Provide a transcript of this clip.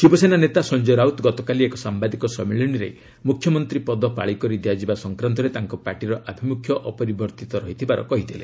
ଶିବସେନା ନେତା ସଞ୍ଜୟ ରାଉତ ଗତକାଲି ଏକ ସାମ୍ଭାଦିକ ସମ୍ମିଳନୀରେ ମୁଖ୍ୟମନ୍ତ୍ରୀ ପଦ ପାଳିକରି ଦିଆଯିବା ସଂକ୍ରାନ୍ତରେ ତାଙ୍କ ପାର୍ଟିର ଆଭିମୁଖ୍ୟ ଅପରିବର୍ତ୍ତିତ ରହିଥିବାର କହିଥିଲେ